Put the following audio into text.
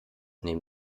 neben